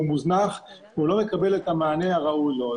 מוזנח והוא לא מקבל את המענה הראוי לו.